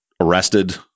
arrested